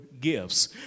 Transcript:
gifts